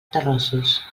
terrossos